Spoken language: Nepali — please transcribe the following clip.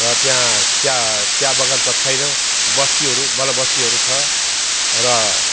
र त्याँ चिया चिया बगान त छैन बस्तीहरू बल बस्तीहरू छ र